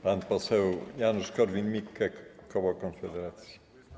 Pan poseł Janusz Korwin-Mikke, koło Konfederacja.